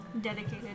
Dedicated